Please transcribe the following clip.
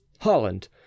Holland